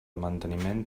manteniment